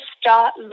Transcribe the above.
start